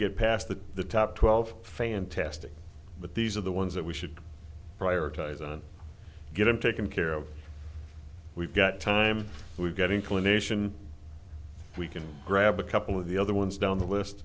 get past the the top twelve fantastic but these are the ones that we should prioritize on get them taken care of we've got time we've got inclination we can grab a couple of the other ones down the list